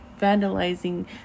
vandalizing